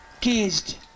caged